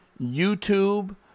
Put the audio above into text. YouTube